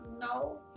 No